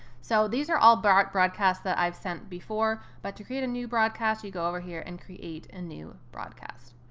so these are all but broadcasts that i've sent before. but to create a new broadcast, you go over here and create a new broadcast.